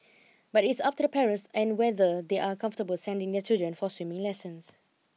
but it is up to the parents and whether they are comfortable sending their children for swimming lessons